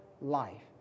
life